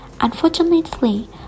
Unfortunately